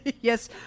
Yes